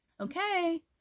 Okay